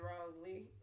wrongly